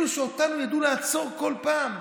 אלו שאותנו ידעו לעצור בכל פעם?